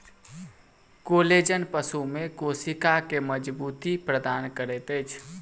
collagen पशु में कोशिका के मज़बूती प्रदान करैत अछि